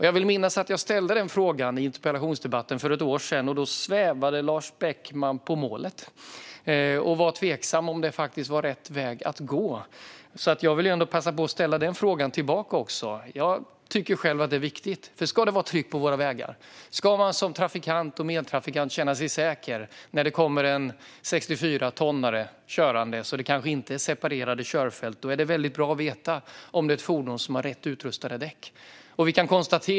Jag vill minnas att jag ställde en fråga om detta i en interpellationsdebatt för ett år sedan, och då svävade Lars Beckman på målet och var tveksam till om detta var rätt väg att gå. Jag vill därför passa på att ställa den frågan tillbaka. Jag tycker själv att detta är viktigt. Ska det vara tryggt på våra vägar, och ska man som trafikant och medtrafikant känna sig säker när det kommer en 64-tonnare körande och det kanske inte är separerade körfält, är det väldigt bra att veta om det är ett fordon som har rätt utrustade däck.